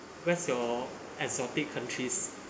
where's your exotic countries